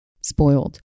spoiled